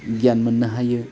गियान मोननो हायो